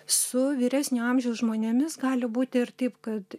su vyresnio amžiaus žmonėmis gali būti ir taip kad